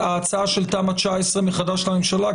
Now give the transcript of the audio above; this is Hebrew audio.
ההצעה של תמ"א 19 מחדש לממשלה,